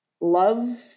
love